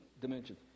dimension